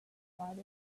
ride